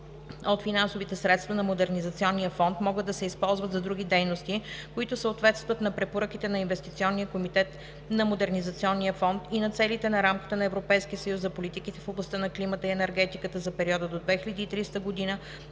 от финансовите средства на Модернизационния фонд могат да се използват за други дейности, които съответстват на препоръките на Инвестиционния комитет на Модернизационния фонд и на целите на рамката на Европейския съюз за политиките в областта на климата и енергетиката за периода до 2030 г. и